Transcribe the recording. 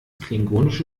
klingonische